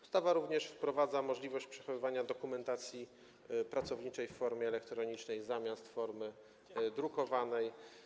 Ustawa wprowadza również możliwość przechowywania dokumentacji pracowniczej w formie elektronicznej zamiast formy drukowanej.